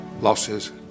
Losses